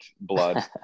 blood